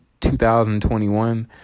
2021